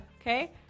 okay